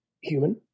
human